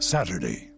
Saturday